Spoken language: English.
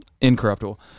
incorruptible